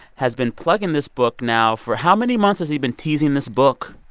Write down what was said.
has been plugging this book now for how many months has he been teasing this book?